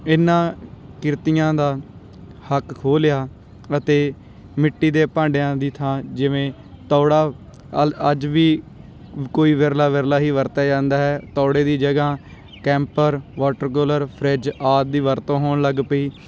ਇਹਨਾਂ ਕਿਰਤੀਆਂ ਦਾ ਹੱਕ ਖੋਹ ਲਿਆ ਅਤੇ ਮਿੱਟੀ ਦੇ ਭਾਂਡਿਆਂ ਦੀ ਥਾਂ ਜਿਵੇਂ ਤੌੜਾ ਅਲ ਅੱਜ ਵੀ ਕੋਈ ਵਿਰਲਾ ਵਿਰਲਾ ਹੀ ਵਰਤਿਆ ਜਾਂਦਾ ਹੈ ਤੌੜੇ ਦੀ ਜਗ੍ਹਾ ਕੈਂਪਰ ਵਾਟਰਕੁਲਰ ਫ੍ਰਿਜ ਆਦਿ ਦੀ ਵਰਤੋਂ ਹੋਣ ਲੱਗ ਪਈ